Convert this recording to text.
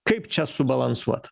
kaip čia subalansuot